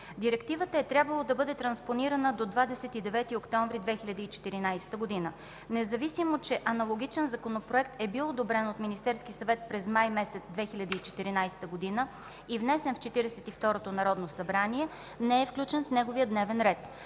Директивата е трябвало да бъде транспонирана до 29 октомври 2014 г. Независимо че аналогичен законопроект е бил одобрен от Министерския съвет през май месец 2014 г. и внесен в Четиридесет и второто народно събрание, не е включен в неговия дневен ред.